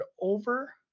over